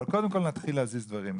אבל קודם כל אפשר להזיז דברים,